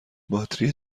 باتری